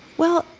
well,